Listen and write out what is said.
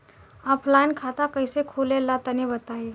Offline खाता कइसे खुले ला तनि बताई?